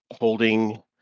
holding